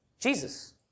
Jesus